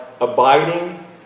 abiding